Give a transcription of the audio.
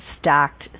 stacked